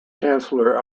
chancellor